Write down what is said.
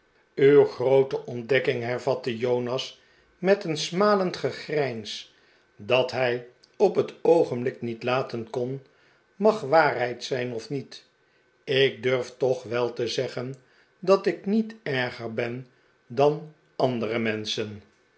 uw groote ontdekking hervatte jonas met een smalend gegrijns dat hij op het maarten chuzzlewit qogenblik niet laten kon mag waarheid zijn of niet ik durf toch wel te zeggen dat ik niet erger ben dan andere menschen